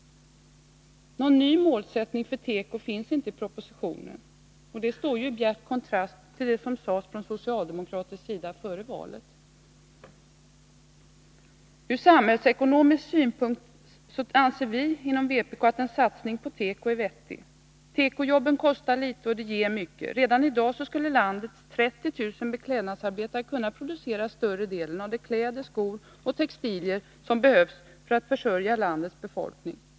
Någon ny målsättning för tekopolitiken finns inte i propositionen. Det står i bjärt kontrast till vad som sades från socialdemokratisk sida före valet. Från samhällsekonomisk synpunkt anser vi inom vpk att en satsning på tekoindustrin är vettig. Tekojobben kostar litet och ger mycket. Redan i dag skulle landets 30 000 beklädnadsarbetare kunna producera större delen av de kläder, skor och textilier som behövs för att försörja landets befolkning.